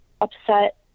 upset